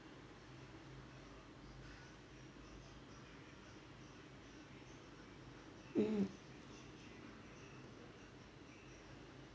mm